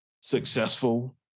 successful